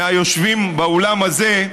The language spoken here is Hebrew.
מהיושבים באולם הזה,